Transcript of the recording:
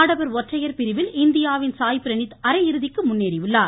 ஆடவர் ஒற்றையர் பிரிவில் இந்தியாவின் சாய் ப்ரவீத் அரையிறுதிக்கு முன்னேறியுள்ளார்